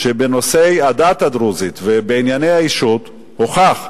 שבנושאי הדת הדרוזית ובענייני האישות הוכח,